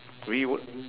we would